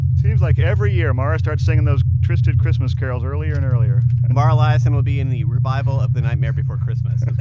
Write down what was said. seems like every year mara starts singing those twisted christmas carols earlier and earlier mara liasson will be in the revival of the nightmare before christmas.